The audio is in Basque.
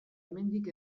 hemendik